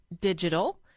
digital